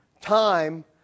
time